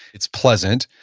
it's pleasant.